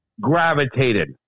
gravitated